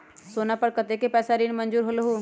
सोना पर कतेक पैसा ऋण मंजूर होलहु?